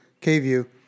K-View